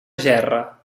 gerra